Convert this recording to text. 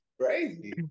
crazy